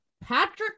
Patrick